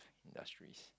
industries